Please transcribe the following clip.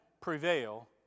prevail